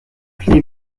pli